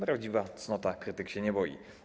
Prawdziwa cnota krytyk się nie boi.